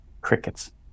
Crickets